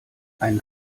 einen